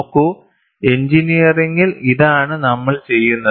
നോക്കൂ എഞ്ചിനീയറിംഗിൽ ഇതാണ് നമ്മൾ ചെയ്യുന്നത്